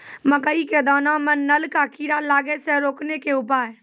मकई के दाना मां नल का कीड़ा लागे से रोकने के उपाय?